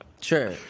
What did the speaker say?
Sure